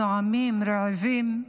זועמים, רעבים,